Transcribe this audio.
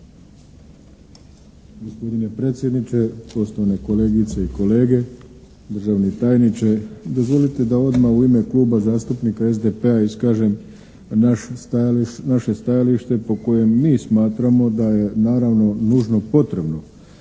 Gospodine predsjedniče, poštovane kolegice i kolege, državni tajniče. Dozvolite da odmah u ime Kluba zastupnika SDP-a iskažem naše stajalište po kojem mi smatramo da je naravno nužno potrebno